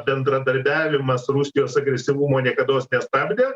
bendradarbiavimas rusijos agresyvumo niekados nestabdė